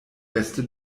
beste